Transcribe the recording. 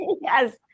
Yes